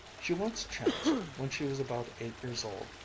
she once chanced, when she was about eight years old,